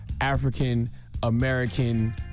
African-American